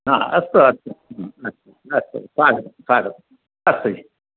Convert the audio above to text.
हा अस्तु अस्तु अस्तु अस्तु स्वागतं स्वागतम् अस्तु